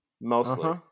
mostly